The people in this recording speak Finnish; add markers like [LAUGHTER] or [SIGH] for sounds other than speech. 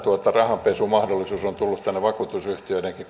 rahanpesumahdollisuus on tullut tänne vakuutusyhtiöidenkin [UNINTELLIGIBLE]